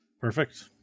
Perfect